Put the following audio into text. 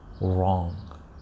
wrong